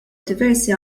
diversi